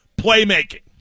playmaking